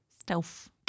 Stealth